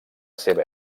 seva